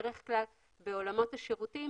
בדרך כלל בעולמות השירותים